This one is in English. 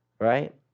Right